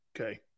Okay